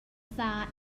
dda